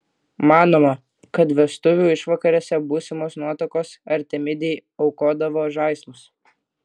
manoma kad vestuvių išvakarėse būsimos nuotakos artemidei aukodavo žaislus